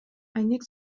айнек